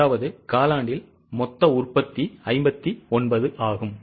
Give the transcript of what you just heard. அதாவது காலாண்டில் மொத்த உற்பத்தி 59 ஆகும்